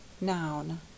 noun